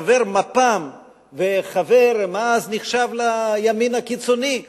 חבר מפ"ם וחבר שאז נחשב לימין הקיצוני.